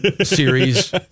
series